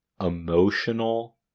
emotional